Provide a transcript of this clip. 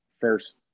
first